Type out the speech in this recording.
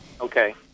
okay